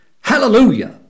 Hallelujah